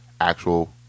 Actual